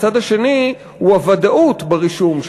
הצד השני הוא הוודאות ברישום,